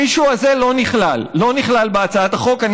המישהו הזה לא נכלל בהצעת החוק.